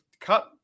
cut